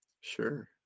Sure